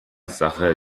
sache